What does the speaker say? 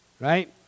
right